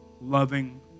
loving